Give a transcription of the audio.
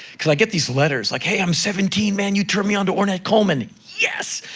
cause i get these letters, like, hey, i'm seventeen, man. you turned me on to ornette coleman! yes!